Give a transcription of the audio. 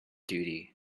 duty